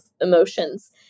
emotions